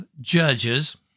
Judges